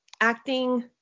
acting